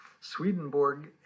Swedenborg